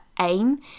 aim